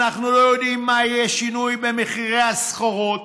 אנחנו לא יודעים מה יהיה השינוי במחירי הסחורות,